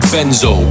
Benzo